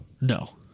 No